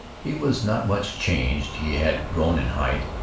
he was not much changed he had grown in height,